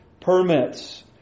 permits